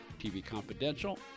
tvconfidential